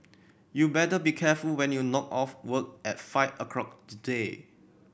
you better be careful when you knock off work at five o'clock today